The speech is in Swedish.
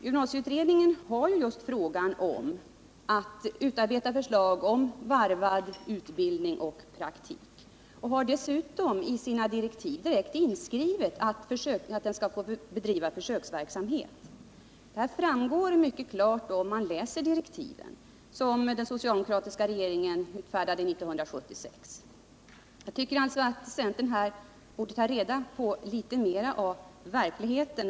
Gymnasieutredningen har just i uppgift att utarbeta förslag om varvad utbildning och praktik. Den har dessutom i sina direktiv direkt inskrivet att försöksverksamhet skall få bedrivas. Detta framgår mycket klart om man läser direktiven, som den socialdemokratiska regeringen utfärdade 1976. Jag tycker alltså att centern borde ta reda på litet mer av verkligheten.